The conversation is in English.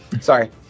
sorry